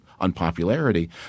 unpopularity